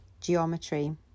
geometry